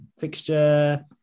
fixture